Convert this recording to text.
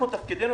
תפקידנו